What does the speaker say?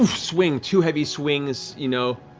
swing two heavy swings you know